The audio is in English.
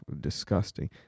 Disgusting